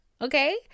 Okay